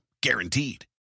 guaranteed